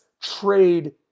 trade